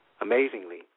Amazingly